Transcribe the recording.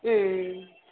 ம்